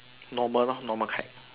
normal lor normal kite